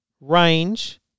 range